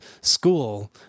school